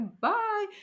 bye